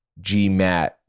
GMAT